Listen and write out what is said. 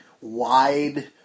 wide